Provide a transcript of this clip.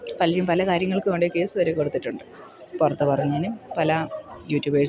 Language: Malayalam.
പലതും പല കാര്യങ്ങൾക്ക് കൊണ്ടുപോയി കേസുവരെ കൊടുത്തിട്ടുണ്ട് പുറത്തു പറഞ്ഞതിനും പല യൂറ്റൂബേഴ്സ് പോലെയുള്ള ആൾക്കാർക്ക്